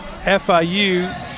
fiu